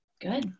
Good